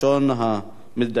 גאלב מג'אדלה, בבקשה,